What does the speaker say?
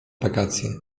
wakacje